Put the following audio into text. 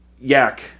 Yak